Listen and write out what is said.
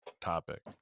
topic